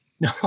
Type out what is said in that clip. No